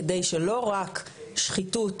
כדי שלא רק שחיתות,